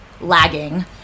lagging